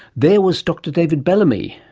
there was dr david bellamy,